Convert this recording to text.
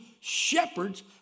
shepherds